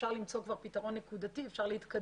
אפשר למצוא כבר פתרון נקודתי ואפשר להתקדם.